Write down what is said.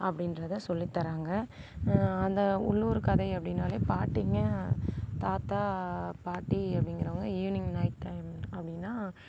அப்படின்றத சொல்லித் தராங்க அந்த உள்ளூர் கதை அப்படினாலே பாட்டிங்கள் தாத்தா பாட்டி அப்படிங்கறவங்க ஈவ்னிங் நைட் டைம் அப்படின்னா